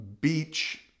beach